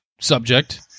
subject